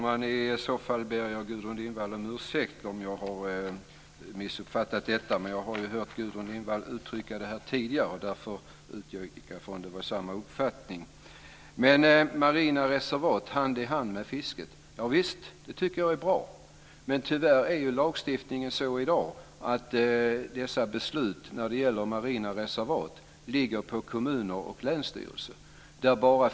Fru talman! Jag ber Gudrun Lindvall om ursäkt om jag har missuppfattat detta. Men jag har hört Gudrun Lindvall uttrycka detta tidigare, därför utgick jag från att det var samma uppfattning. Marina reservat hand i hand med fisket, javisst, det tycker jag är bra. Men tyvärr är lagstiftningen sådan i dag att beslut som gäller marina reservat ligger på kommuner och länsstyrelser.